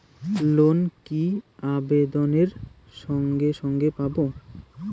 Loan কি আবেদনের সঙ্গে সঙ্গে পাব?